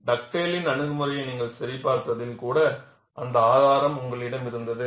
டக்டேலின் அணுகுமுறையை நீங்கள் சரிபார்த்ததில் கூட அந்த ஆதாரம் உங்களிடம் இருந்தது